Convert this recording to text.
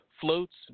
Floats